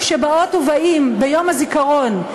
כשבאות ובאים ביום הזיכרון,